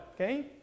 Okay